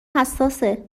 حساسه